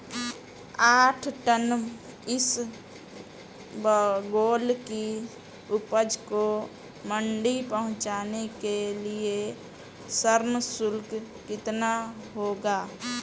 आठ टन इसबगोल की उपज को मंडी पहुंचाने के लिए श्रम शुल्क कितना होगा?